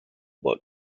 but